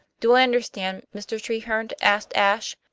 do i understand, mr. treherne, asked ashe,